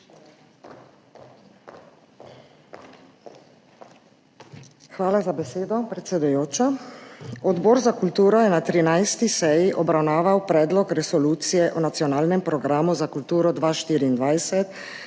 Hvala za besedo, predsedujoča. Odbor za kulturo je na 13. seji obravnaval Predlog Resolucije o nacionalnem programu za kulturo